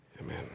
Amen